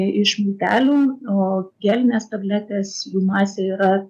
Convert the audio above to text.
iš miltelių o gelinės tabletės jų masė yra